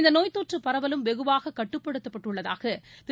இந்தநோய்த் தொற்றுப் பரவலும் வெகுவாககட்டுப்படுத்தப்பட்டுள்ளதாகதிரு